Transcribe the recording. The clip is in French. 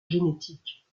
génétique